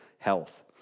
Health